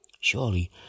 Surely